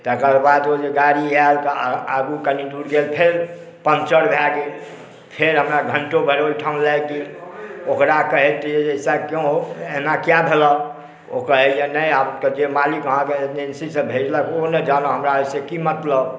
तकर बाद ओ जे गाड़ी आयल आगू कने दूर गेल फेर पन्चर भए गेल फेर हमरा घंटोभरि ओहिठाम लागि गेल ओकरा कहैत रहियै ऐसा क्यों ऐना कियै भेलऽ ओ कहैया ने आब तऽ जे मालिक जे एजेन्सी सऽ भेजलक ओ ने जानय हमरा ओहिसॅं की मतलब